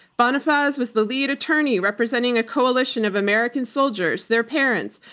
bonifaz was the lead attorney representing a coalition of american soldiers, their parents,